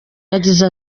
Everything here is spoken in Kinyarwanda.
yagize